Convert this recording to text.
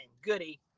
goody